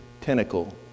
tentacle